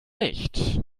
nicht